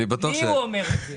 לי הוא אומר את זה.